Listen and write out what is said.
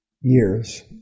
years